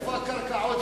איפה הקרקעות שלנו?